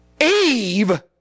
Eve